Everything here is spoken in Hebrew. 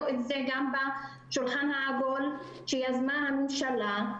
את זה גם בשולחן העגול שיזמה הממשלה.